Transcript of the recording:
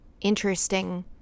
interesting